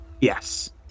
Yes